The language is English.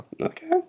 Okay